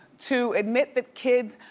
to admit that kids